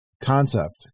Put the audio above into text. concept